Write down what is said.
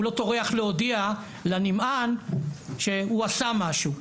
הוא לא טורח להודיע לנמען שהוא עשה משהו.